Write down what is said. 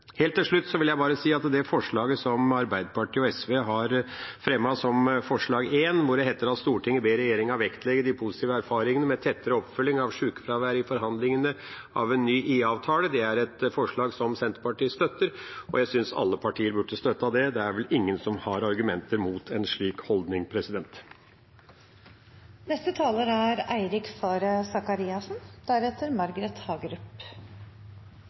Helt til slutt vil jeg bare si at forslag nr. 1, som Arbeiderpartiet og SV har fremmet, hvor det heter at Stortinget ber regjeringen vektlegge de positive erfaringene med tettere oppfølging av sjukefravær i forhandlinger om en ny IA-avtale, er et forslag som Senterpartiet støtter. Jeg syns alle partier burde støtte det. Det er vel ingen som har argumenter mot en slik holdning.